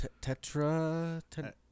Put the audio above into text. Tetra